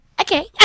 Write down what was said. Okay